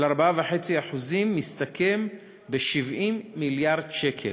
של 4.5%, מסתכם ב-70 מיליארד שקל.